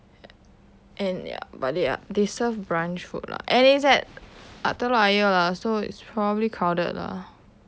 and ya but they are they serve brunch food lah and it's at telok ayer lah so it's probably crowded lah